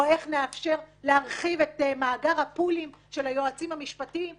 או איך נאפשר להרחיב את מאגר הפולים של היועצים המשפטיים,